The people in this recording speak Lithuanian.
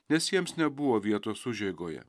nes jiems nebuvo vietos užeigoje